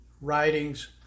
writings